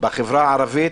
בחברה הערבית,